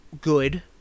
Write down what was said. good